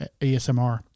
ASMR